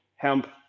hemp